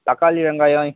தக்காளி வெங்காயம்